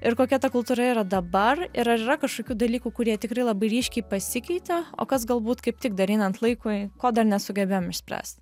ir kokia ta kultūra yra dabar ir ar yra kažkokių dalykų kurie tikrai labai ryškiai pasikeitė o kas galbūt kaip tik dar einant laikui ko dar nesugebėjom išspręst